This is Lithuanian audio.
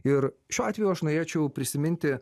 ir šiuo atveju aš norėčiau prisiminti